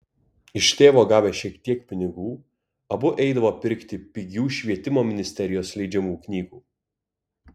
iš tėvo gavę šiek tiek pinigų abu eidavo pirkti pigių švietimo ministerijos leidžiamų knygų